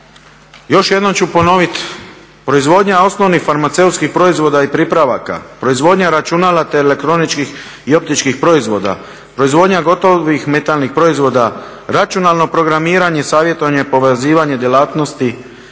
Još jednom ću ponoviti, proizvodnja osnovnih farmaceutskih proizvoda i pripravaka, proizvodnja računala te elektroničkih i optičkih proizvodnja, proizvodnja gotovih metalnih proizvoda, računalno programiranje i savjetovanje povezivanje djelatnosti,